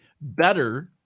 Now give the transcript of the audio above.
better